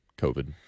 COVID